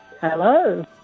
Hello